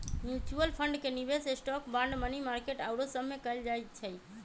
mutual fund के निवेश stock, bond, money market आउरो सभमें कएल जाइ छइ